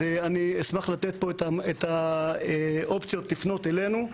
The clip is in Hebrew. אז אני אשמח לתת פה את האופציות לפנות אלינו.